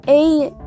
eight